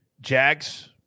Jags